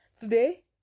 Today